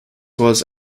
was